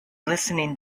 listening